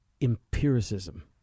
empiricism